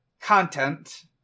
content